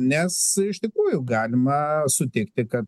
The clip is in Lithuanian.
nes iš tikrųjų galima sutikti kad